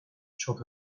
çok